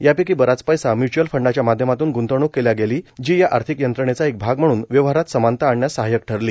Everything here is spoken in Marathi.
यापैकी बराच पैसा म्युचुअल फंडाच्या माध्यमातून गूंतवणूक केल्या गेली जी या आर्थिक यंत्रणेचा एक भाग म्हणून व्यवहारात समानता आणण्यात सहायक ठरली